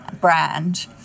brand